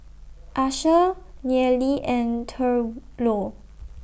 Asher Nealie and Thurlow